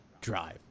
drive